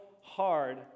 hard